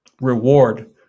reward